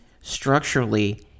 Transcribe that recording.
structurally